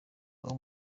abo